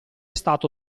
stato